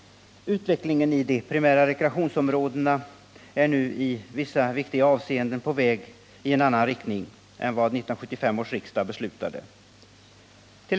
Utvecklingen i de primära rekreationsområdena är nu i vissa viktiga avseenden på väg i en annan riktning än vad 1975 års riksdag beslutade.